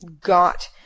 got